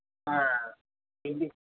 हाँ क्योंकि